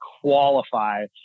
qualify